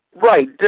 right.